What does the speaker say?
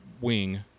wing